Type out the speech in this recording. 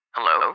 Hello